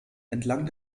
entlang